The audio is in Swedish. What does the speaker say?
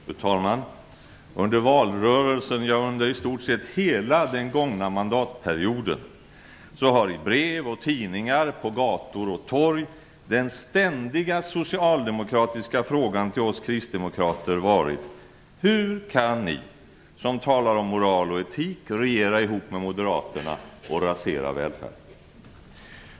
Fru talman! Under valrörelsen, ja, under i stort sett hela den gångna mandatperioden, har i brev och tidningar, på gator och torg, den ständiga socialdemokratiska frågan till oss kristdemokrater varit: Hur kan ni som talar om moral och etik regera ihop med moderaterna och rasera välfärden?